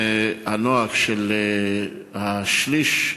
הנוהג של השליש,